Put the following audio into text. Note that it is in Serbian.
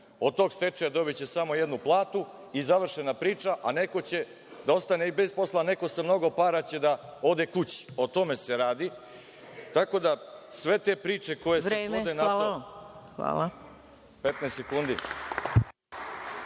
Od tog stečaja dobiće samo jednu platu i završena priča, a neko će da ostane i bez posla, a neko sa mnogo para će da ode kući. O tome se radi. Tako da, sve te priče koje se svode na to… **Maja Gojković** Vreme.